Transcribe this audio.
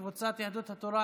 קבוצת סיעת הליכוד,